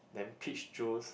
then peach juice